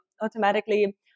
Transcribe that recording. automatically